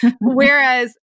Whereas